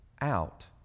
out